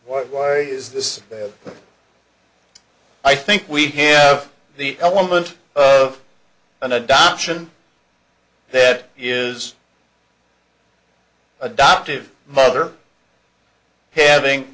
why why is this i think we have the element of an adoption that is adoptive mother having